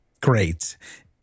great